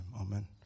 amen